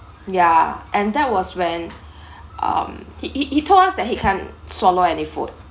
yeah and that was when um he he told us that he can't swallow any food